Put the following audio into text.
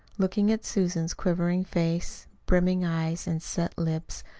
looking at susan's quivering face, brimming eyes, and set lips,